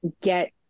get